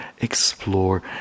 explore